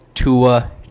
Tua